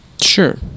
Sure